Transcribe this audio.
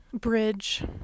bridge